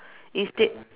instead